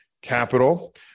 Capital